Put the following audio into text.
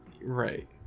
Right